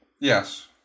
Yes